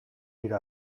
ditu